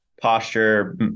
posture